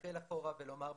להסתכל אחורה ולומר בסיפוק: